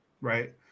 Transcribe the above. right